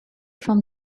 from